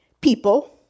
people